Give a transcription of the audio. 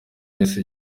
yesu